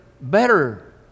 better